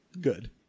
good